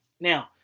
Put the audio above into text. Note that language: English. Now